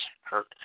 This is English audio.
hurt